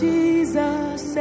Jesus